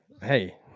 Hey